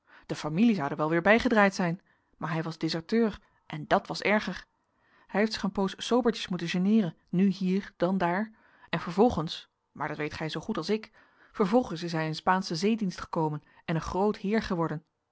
de familie zoude wel weer bijgedraaid zijn maar hij was deserteur en dat was erger hij heeft zich een poos sobertjes moeten generen nu hier dan daar en vervolgens maar dat weet gij zoogoed als ik vervolgens is hij in spaanschen zeedienst gekomen en een groot heer geworden